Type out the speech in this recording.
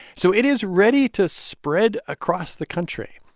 so it is ready to spread across the country.